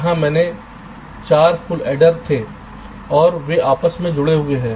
यहाँ मेरे पास 4 फुल एडर थे और वे आपस में जुड़े हुए है